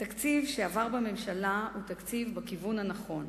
התקציב שעבר בממשלה הוא תקציב בכיוון הנכון.